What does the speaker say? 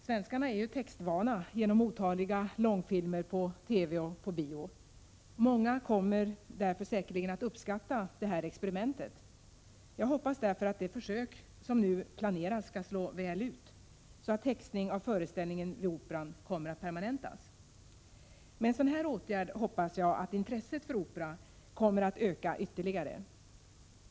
Svenskarna är ju textvana genom otaliga långfilmer på TV och på bio. Många kommer därför säkerligen att uppskatta det här experimentet. Jag hoppas därför att det försök som planeras skall slå väl ut, så att textning av föreställningar vid Operan kommer att permanentas. Med en sådan här åtgärd hoppas jag att intresset för opera kommer att öka ytterligare.